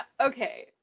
Okay